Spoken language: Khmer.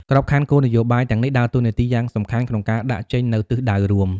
ក្របខ័ណ្ឌគោលនយោបាយទាំងនេះដើរតួនាទីយ៉ាងសំខាន់ក្នុងការដាក់ចេញនូវទិសដៅរួម។